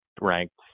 ranked